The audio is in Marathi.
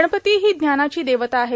गणपती ही ज्ञानाची देवता आहे